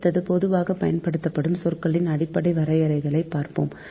அடுத்து பொதுவாக பயன்படுத்தப்படும் சொற்களின் அடிப்படை வரையறைகளை பார்க்கலாம்